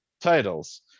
titles